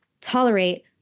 tolerate